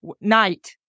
night